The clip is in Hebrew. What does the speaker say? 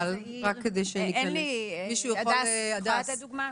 מישהו יכול לתת דוגמה.